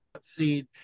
seed